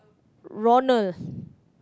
Ronald